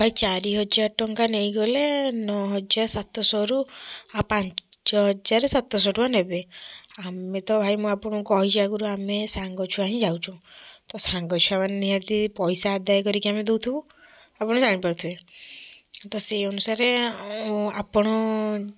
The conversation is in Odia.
ଭାଇ ଚାରିହଜାର ଟଙ୍କା ନେଇଗଲେ ନଅ ହଜାର ସାତଶହ ରୁ ଆଉ ପାଞ୍ଚ ହଜାର ସାତଶହ ଟଙ୍କା ନେବେ ଆମେ ତ ଭାଇ ମୁଁ ଆପଣଙ୍କୁ କହିଛି ଆଗରୁ ଆମେ ସାଙ୍ଗ ଛୁଆ ହିଁ ଯାଉଛୁ ତ ସାଙ୍ଗ ଛୁଆ ମାନେ ନିହାତି ପଇସା ଆଦାୟ କରିକି ଆମେ ଦଉଥିବୁ ଆପଣ ଜାଣିପାରୁଥିବେ ତ ସେଇ ଅନୁସାରେ ଆପଣ